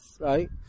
right